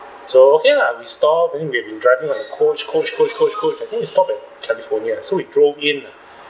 so okay lah we stop and then we have been driving on a coach coach coach coach coach I think we stop at california so we drove in lah